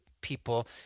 people